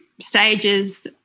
stages